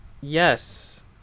Yes